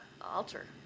altar